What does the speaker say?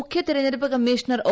മുഖ്യതെരഞ്ഞെടുപ്പ് commissioner O